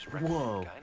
Whoa